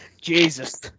Jesus